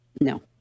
No